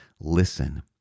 listen